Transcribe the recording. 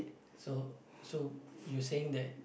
so so you saying that